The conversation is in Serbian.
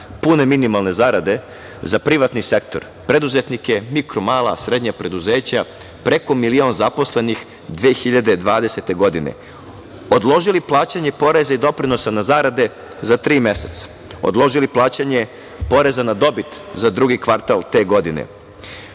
pune minimalne zarade za privatni sektor, preduzetnike, mikro, mala, srednja preduzeća, preko milion zaposlenih 2020. godine, odložili plaćanje poreza i doprinosa na zarade za tri meseca, odložili plaćanje poreza na dobit za drugi kvartal te godine,